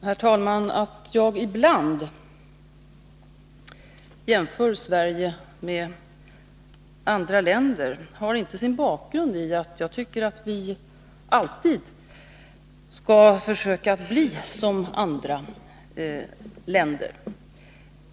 Herr talman! Att jag ibland jämför Sverige med andra länder har inte sin bakgrund i att jag tycker att vi alltid skall försöka bli som andra länder.